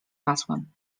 masłem